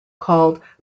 called